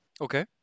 Okay